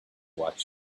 watch